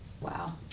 Wow